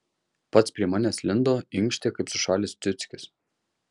pats prie manęs lindo inkštė kaip sušalęs ciuckis